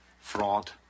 fraud